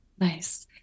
nice